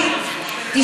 מיקי, מיקי, מיקי, רק רגע.